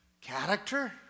Character